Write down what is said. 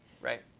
right?